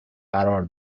قرار